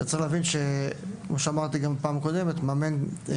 צריך להבין שישנם מאמנים